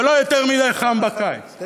ולא יותר מדי חם בקיץ,